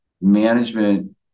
management